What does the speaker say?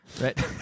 Right